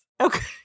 Okay